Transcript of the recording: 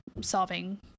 solving